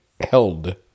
Held